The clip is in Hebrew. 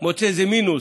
ופתאום מוצא איזה מינוס.